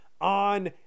on